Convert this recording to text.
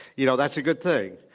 you know, that's a good thing.